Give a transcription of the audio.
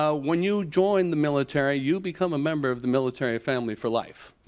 ah when you join the military, you become a member of the military family for life.